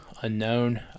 unknown